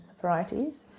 varieties